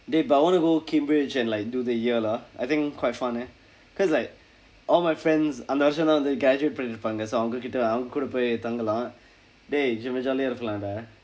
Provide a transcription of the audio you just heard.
dey but I want to go cambridge and like do the year lah I think quite fun eh cause like all my friends அந்த வருடம் தான்:antha varudam thaan graduate பண்ணிட்டுருப்பாங்க:pannittuiruppanga so அவங்க கிட்ட அவங்க கூட போய் தங்கலாம்:avangka kitda avangka kuuda pooy thangkalaam dey செம்ம ஜாலி:semma jaali ah இருக்கலாம்:irukkalaam dah